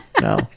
no